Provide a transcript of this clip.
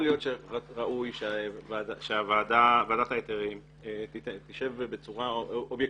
להיות שראוי שוועדת ההיתרים תשב בצורה אובייקטיבית,